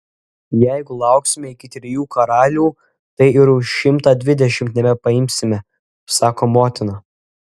jeigu lauksime iki trijų karalių tai ir už šimtą dvidešimt nebepaimsime sako motina